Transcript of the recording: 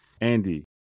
Andy